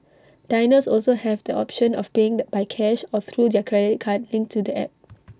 diners also have the option of paying the by cash or through their credit card linked to the app